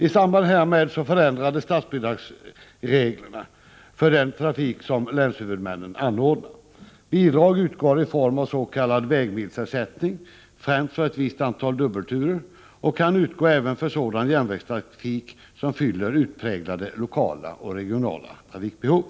I samband härmed förändrades statsbidragsreglerna för den trafik som länshuvudmännen anordnade. Bidrag utgår i form av s.k. vägmilsersättning, främst för ett visst antal dubbelturer, och kan även utgå för sådan järnvägstrafik som fyller utpräglade lokala och regionala trafikbehov.